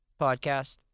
podcast